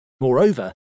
Moreover